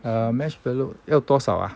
um marshmallow 要多少啊